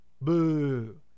boo